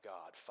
God